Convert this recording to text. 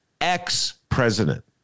ex-president